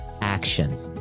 action